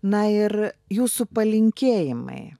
na ir jūsų palinkėjimai